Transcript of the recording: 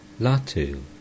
Latu